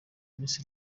minsi